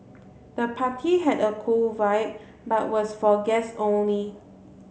the party had a cool vibe but was for guests only